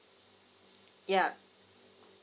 ya